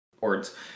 words